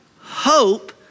hope